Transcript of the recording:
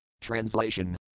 Translation